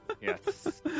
Yes